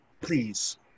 please